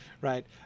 right